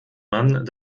man